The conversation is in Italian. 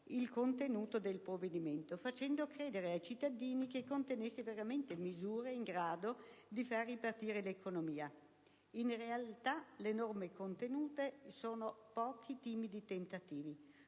il contenuto del provvedimento facendo credere ai cittadini che contenesse veramente misure in grado di far ripartire l'economia; in realtà le norme contenute sono solo pochi timidi tentativi,